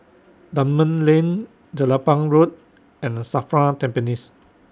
Dunman Lane Jelapang Road and SAFRA Tampines